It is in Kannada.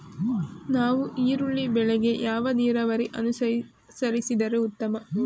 ನಾವು ಈರುಳ್ಳಿ ಬೆಳೆಗೆ ಯಾವ ನೀರಾವರಿ ಅನುಸರಿಸಿದರೆ ಉತ್ತಮ?